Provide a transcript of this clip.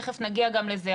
תיכף נגיע גם לזה,